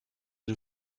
new